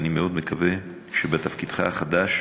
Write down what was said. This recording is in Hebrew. ואני מאוד מקווה שבתפקידך החדש